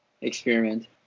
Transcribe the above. experiment